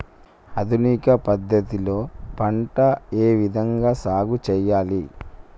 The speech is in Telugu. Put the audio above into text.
ఆధునిక పద్ధతి లో పంట ఏ విధంగా సాగు చేయాలి?